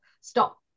Stop